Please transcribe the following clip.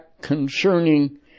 concerning